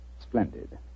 Splendid